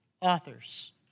authors